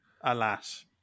Alas